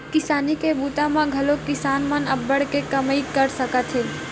किसानी के बूता म घलोक किसान मन अब्बड़ के कमई कर सकत हे